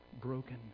broken